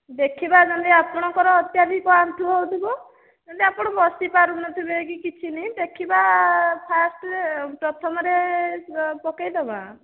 ଦେଖିବା ନ ହେଲେ ଆପଣଙ୍କର ଅତ୍ୟାଧିକ ଆଣ୍ଠୁ ହେଉଥିବ ଯଦି ଆପଣ ବସି ପାରୁନଥିବେ କି କିଛି ନାହିଁ ଦେଖିବା ଫାଷ୍ଟ ପ୍ରଥମରେ ପକାଇ ଦେବା